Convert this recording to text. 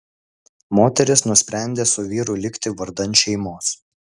moteris nusprendė su vyru likti vardan šeimos